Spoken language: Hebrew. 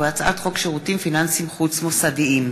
ובהצעת חוק שירותים פיננסיים חוץ-מוסדיים.